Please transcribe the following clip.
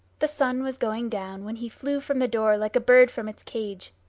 the sun was going down when he flew from the door like a bird from its cage.